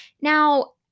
now